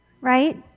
Right